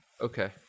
Okay